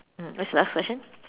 mmhmm what's the last question